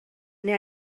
neu